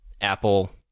apple